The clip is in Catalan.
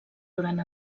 durant